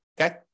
okay